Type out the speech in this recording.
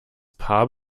paar